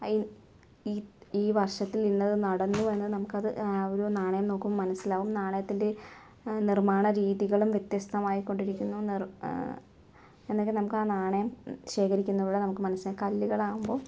അ ഈ ഈ വർഷത്തിൽ നിന്ന് ഇന്നത് നടന്നുവെന്ന് നമുക്കത് ഒരു നാണയം നോക്കുമ്പോ മനസ്സിലാവും നാണയത്തിൻ്റെ നിർമ്മാണ രീതികളും വ്യത്യസ്തമായി കൊണ്ടിരിക്കുന്നു നിർ എന്നൊക്കെ നമുക്ക് ആ നാണയം ശേഖരിക്കുന്നതിലൂടെ നമുക്ക് മനസ്സിലാകും കല്ലുകളാകുമ്പോൾ